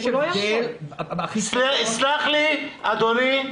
יש הבדל --- סלח לי, אדוני,